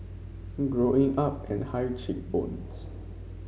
Growing Up and high cheek bones